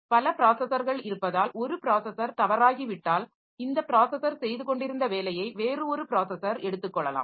பல ப்ராஸஸர்கள் இருப்பதால் ஒரு ப்ராஸஸர் தவறாகிவிட்டால் இந்த ப்ராஸஸர் செய்துகொண்டிருந்த வேலையை வேறு ஒரு ப்ராஸஸர் எடுத்துக் கொள்ளலாம்